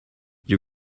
you